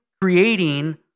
creating